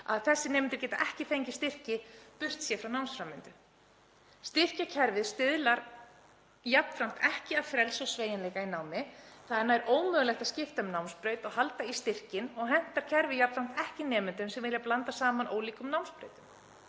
þegar nám hófst geta ekki fengið styrki, burt séð frá námsframvindu. Styrkjakerfið stuðlar jafnframt ekki að frelsi og sveigjanleika í námi. Það er nær ómögulegt að skipta um námsbraut og halda í styrkinn og hentar kerfið jafnframt ekki nemendum sem vilja blanda saman ólíkum námsbrautum.